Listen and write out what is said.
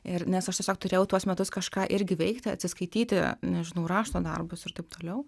ir nes aš tiesiog turėjau tuos metus kažką irgi veikti atsiskaityti nežinau rašto darbus ir taip toliau